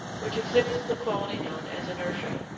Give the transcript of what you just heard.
which exhibits the quality known as inertia,